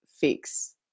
fix